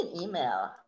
email